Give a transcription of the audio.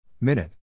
Minute